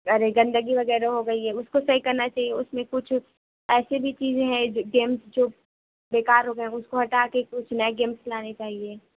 اور گندگی وغیرہ ہو گئی ہے اس کو صحیح کرنا چاہیے اس میں کچھ ایسی بھی چیزیں بھی نہیں گیمس جو بیکار ہو گئے ہیں اس کو ہٹا کے کچھ نئے گیمس لانے چاہیے